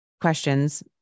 questions